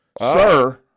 Sir